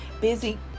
busy